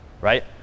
Right